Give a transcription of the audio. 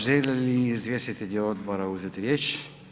Žele li izvjestitelji odbora uzeti riječ?